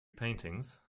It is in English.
paintings